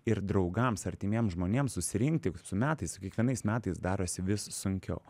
ir draugams artimiem žmonėm susirinkti su metais su kiekvienais metais darosi vis sunkiau